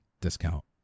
discount